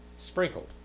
sprinkled